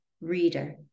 reader